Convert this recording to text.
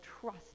trust